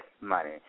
money